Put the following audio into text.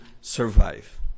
survive